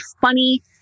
funny